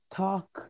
talk